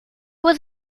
was